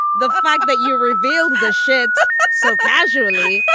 the the fact that you revealed the shit so casually.